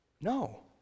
No